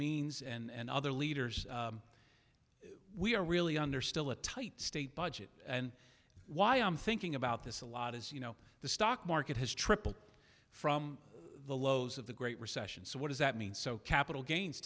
means and other leaders we are really under still a tight state budget and why i'm thinking about this a lot as you know the stock market has tripled from the lows of the great recession so what does that mean so capital gains